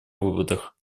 выводах